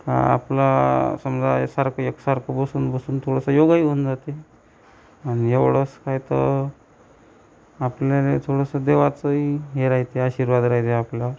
आपला समजा एकसारखं एकसारखं बसूनबसून थोडंसं योगाही होऊन जाते आणि एवढंच काय तर आपल्याला थोडंसं देवाचंही हे राहते आशीर्वाद राहते आपल्यावर